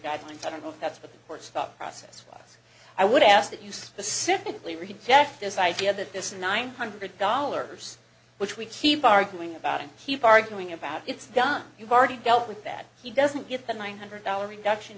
guidelines i don't know if that's what the courts thought process was i would ask that you specifically reject this idea that this nine hundred dollars which we keep arguing about and he's arguing about it's done you've already dealt with that he doesn't get the one hundred dollar reduction